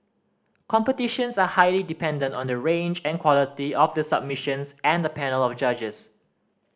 competitions are highly dependent on the range and quality of the submissions and the panel of judges